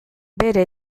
bere